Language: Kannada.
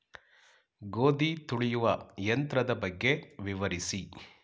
ಗೋಧಿ ತುಳಿಯುವ ಯಂತ್ರದ ಬಗ್ಗೆ ವಿವರಿಸಿ?